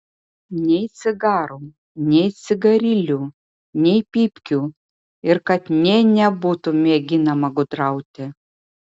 nei cigarų nei cigarilių nei pypkių ir kad nė nebūtų mėginama gudrauti